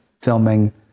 filming